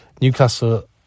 Newcastle